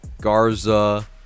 Garza